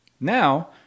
Now